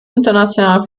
internationalen